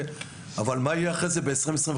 אבל מה שיהיה אחר כך ב-2025,